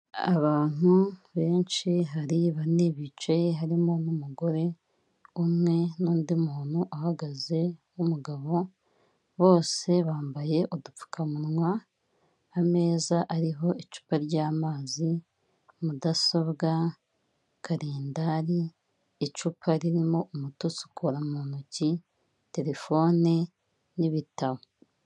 Abantu benshi hari bane bicaye, harimo n'umugore umwe, n'undi muntu uhagaze nk'umugabo, bose bambaye udupfukamunwa, ameza ariho icupa ry'amazi, mudasobwa, karindari, icupa ririmo umuti usukura mu ntoki, telefone n'ibitabo.